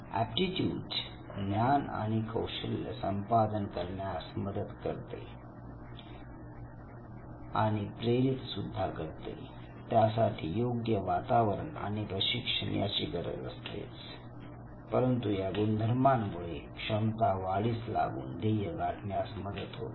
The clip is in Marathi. एप्टीट्यूड ज्ञान आणि कौशल्य संपादन करण्यास मदत करते आणि प्रेरित सुद्धा करते त्यासाठी योग्य वातावरण आणि प्रशिक्षण याची गरज असतेच परंतु या गुणधर्मामुळे क्षमता वाढीस लागून ध्येय गाठण्यास मदत होते